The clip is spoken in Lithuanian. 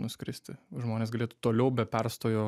nuskristi žmonės galėtų toliau be perstojo